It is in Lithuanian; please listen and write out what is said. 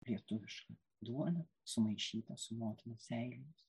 lietuviška duona sumaišyta su motinos seilėmis